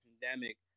pandemic